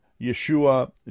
Yeshua